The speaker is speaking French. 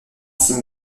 six